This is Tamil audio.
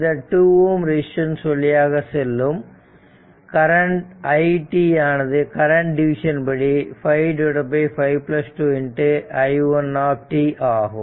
இந்த 2 Ω ரெசிஸ்டன்ஸ் வழியாக செல்லும் கரண்ட் i t ஆனது கரண்ட் டிவிஷன் படி 5 5 2 i 1t ஆகும்